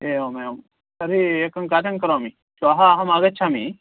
एवमेवं तर्हि एकं कार्यं करोमि श्वः अहम् आगच्छामि